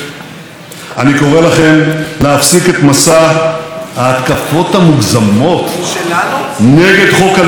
אני קורא לכם להפסיק את מסע ההתקפות המוגזמות נגד חוק הלאום,